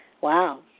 Wow